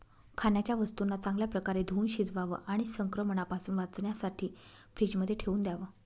खाण्याच्या वस्तूंना चांगल्या प्रकारे धुवुन शिजवावं आणि संक्रमणापासून वाचण्यासाठी फ्रीजमध्ये ठेवून द्याव